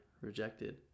rejected